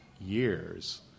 years